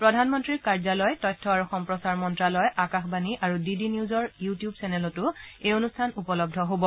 প্ৰাধনমন্ত্ৰীৰ কাৰ্যালয় তথ্য আৰু সম্প্ৰচাৰ মন্তালয় আকাশবাণী আৰু ডি ডি নিউজৰ ইউটিউব চেনেলতো এই অনুষ্ঠান উপলব্ধ হ'ব